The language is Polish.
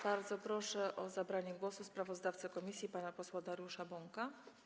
Bardzo proszę o zabranie głosu sprawozdawcę komisji pana posła Dariusza Bąka.